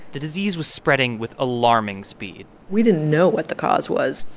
the disease was spreading with alarming speed we didn't know what the cause was,